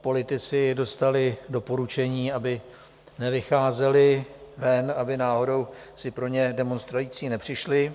Politici dostali doporučení, aby nevycházeli ven, aby náhodou si pro ně demonstrující nepřišli.